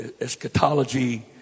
eschatology